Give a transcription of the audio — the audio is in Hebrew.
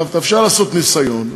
אפשר לעשות ניסיון,